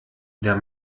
der